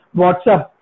WhatsApp